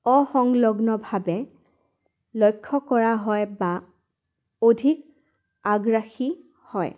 অসংলগ্নভাৱে লক্ষ্য কৰা হয় বা অধিক আগ্ৰাসী হয়